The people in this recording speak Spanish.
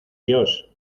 dios